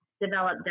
Developed